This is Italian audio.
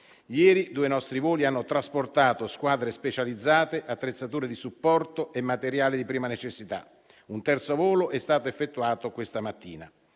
Ieri due nostri voli hanno trasportato squadre specializzate, attrezzature di supporto e materiale di prima necessità; un terzo volo è stato effettuato questa mattina.